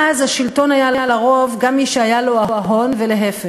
אז השלטון היה לרוב גם מי שהיה לו ההון ולהפך.